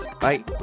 Bye